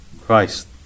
Christ